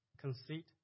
conceit